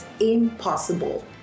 impossible